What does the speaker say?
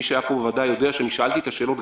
מי שהיה פה בוודאי יודע ששאלתי את השאלות,